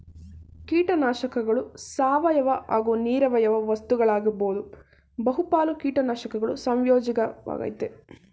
ಕೀಟನಾಶಕಗಳು ಸಾವಯವ ಹಾಗೂ ನಿರವಯವ ವಸ್ತುಗಳಾಗಿರ್ಬೋದು ಬಹುಪಾಲು ಕೀಟನಾಶಕಗಳು ಸಂಯೋಜಿತ ವಾಗಯ್ತೆ